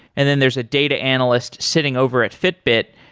and then there's a data analyst sitting over at fitbit,